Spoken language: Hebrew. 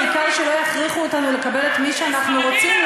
העיקר שלא יכריחו אותנו לקבל את מי שאנחנו רוצים?